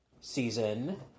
season